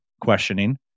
questioning